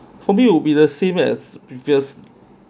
for me it will be the same as previous